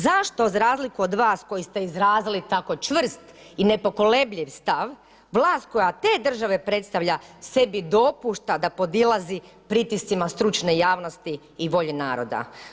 Zašto za razliku od vas koji ste izrazili tako čvrst i nepokolebljiv stav, vlast koja te države predstavlja sebi dopušta da podilazi pritiscima stručne javnosti i volje naroda?